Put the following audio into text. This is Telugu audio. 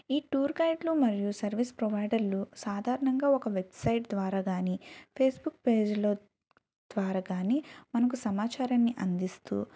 ఈ టూర్ గైడ్లు మరియు సర్వీస్ ప్రొవైడర్లు సాధారణంగా ఒక వెబ్సైట్ ద్వారా కాని ఫేస్బుక్ పేజీలో ద్వారా కాని మనకు సమాచారాన్ని అందిస్తూ